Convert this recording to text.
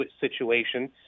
situation